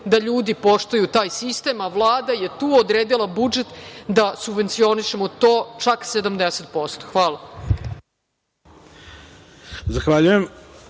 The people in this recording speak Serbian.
da ljudi poštuju taj sistem, a Vlada je tu odredila budžet da subvencionišemo to čak 70%. Hvala.